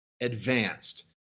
advanced